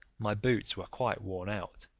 my boots were quite worn out,